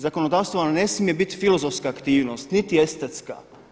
Zakonodavstvo nam ne smije biti filozofska aktivnost, niti estetska.